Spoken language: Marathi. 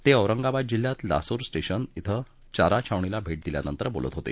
ते औरंगाबाद जिल्ह्यात लासूर स्टेशन इथं चारा छावणीला भेट दिल्यानंतर बोलत होते